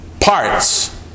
Parts